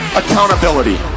accountability